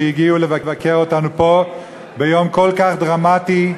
שהגיעו לבקר אותנו פה ביום כל כך דרמטי.